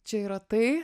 čia yra tai